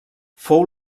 fou